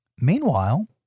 Meanwhile